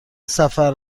سفر